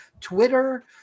Twitter